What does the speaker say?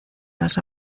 las